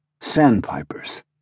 sandpipers